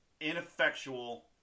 ineffectual